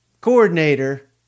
coordinator